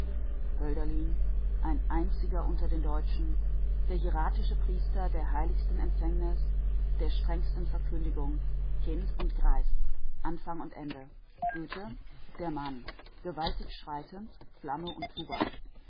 hölderlin ein einziger unter den deutschen der hieratische priester der heiligsten empfängnis der strengsten verkündigung kind und greis anfang und ende goethe der mann gewaltig schreitend flamme und tuba